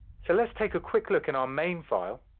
so let's take a quick look in our main file,